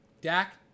Dak